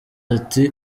ati